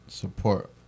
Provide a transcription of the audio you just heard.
Support